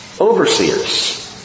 overseers